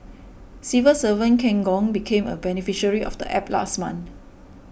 civil servant Ken Gong became a beneficiary of the App last month